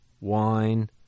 wine